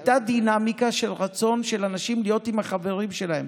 הייתה דינמיקה של רצון של אנשים להיות עם החברים שלהם.